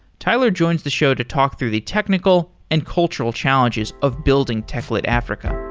tyler joins the show to talk through the technical and cultural challenges of building techlit africa